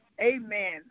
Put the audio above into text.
Amen